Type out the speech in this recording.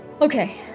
Okay